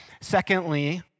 Secondly